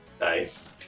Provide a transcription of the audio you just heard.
Nice